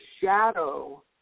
shadow